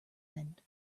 end